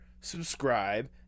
subscribe